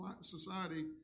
society